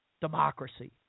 Democracy